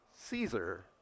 Caesar